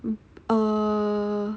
err